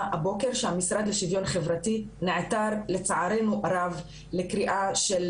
הבוקר שהמשרד לשיוויון חברתי נעתר לצערנו הרב לקריאה של